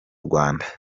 rwanda